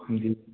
जी